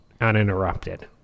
uninterrupted